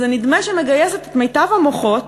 ונדמה שהיא מגייסת את מיטב המוחות,